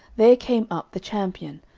there came up the champion,